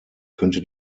könnte